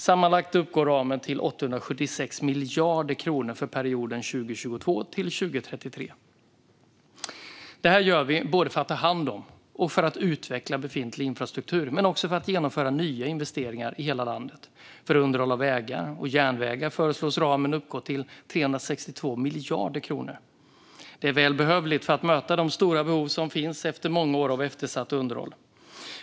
Sammanlagt uppgår ramen till 876 miljarder kronor för perioden 2022-2033. Det här gör vi för att både ta hand om och utveckla befintlig infrastruktur, men också för att genomföra nya investeringar i hela landet. För underhåll av vägar och järnvägar föreslås ramen uppgå till 362 miljarder kronor. Det är väl behövligt för att möta de stora behov som finns efter många år av eftersatt underhåll.